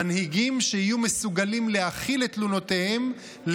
מנהיגים שיהיו מסוגלים להכיל את תלונותיהם,